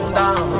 down